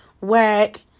whack